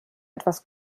etwas